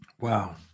Wow